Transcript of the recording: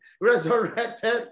resurrected